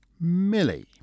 Millie